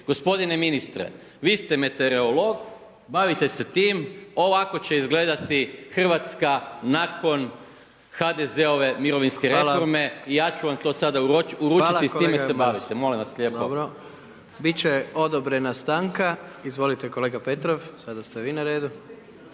gospodine ministre, vi ste meteorolog, bavite se tim, ovako će izgledati Hrvatska nakon HDZ-ove mirovinske reforme, ja ću vam to sada uručiti i s time se bavite, molim vas lijepo. **Jandroković, Gordan